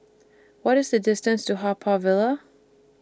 What IS The distance to Haw Par Villa